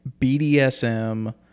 BDSM